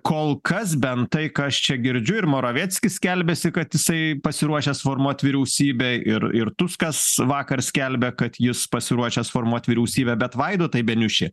kol kas bent tai ką aš čia girdžiu ir moravieckis skelbiasi kad jisai pasiruošęs formuot vyriausybę ir ir tuskas vakar skelbė kad jis pasiruošęs formuot vyriausybę bet vaidotai beniuši